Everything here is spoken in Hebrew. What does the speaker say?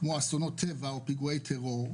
כמו אסונות טבע או פיגועי טרור,